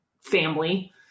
family